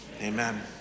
amen